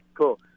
cool